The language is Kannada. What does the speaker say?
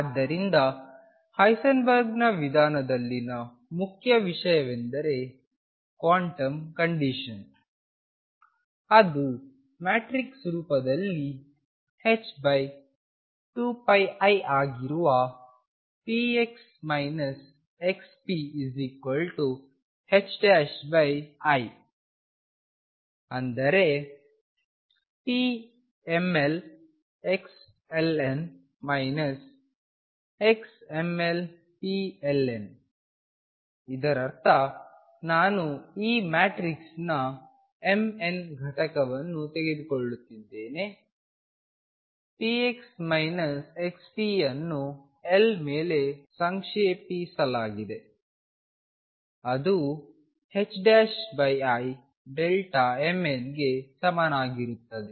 ಆದ್ದರಿಂದ ಹೈಸೆನ್ಬರ್ಗ್ನ ವಿಧಾನದಲ್ಲಿನ ಮುಖ್ಯ ವಿಷಯವೆಂದರೆ ಕ್ವಾಂಟಮ್ ಕಂಡೀಶನ್ ಅದು ಮ್ಯಾಟ್ರಿಕ್ಸ್ ರೂಪದಲ್ಲಿ h2πiಆಗಿರುವ px xpi ಅಂದರೆ pmlxln xmlpln ಇದರರ್ಥ ನಾನು ಈ ಮ್ಯಾಟ್ರಿಕ್ಸ್ನ mn ಘಟಕವನ್ನು ತೆಗೆದುಕೊಳ್ಳುತ್ತಿದ್ದೇನೆ px xp ಅನ್ನು l ಮೇಲೆ ಸಂಕ್ಷೇಪಿಸಲಾಗಿದೆಅದು imnಗೆ ಸಮನಾಗಿರುತ್ತದೆ